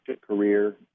career